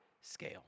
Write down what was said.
scale